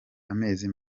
amezi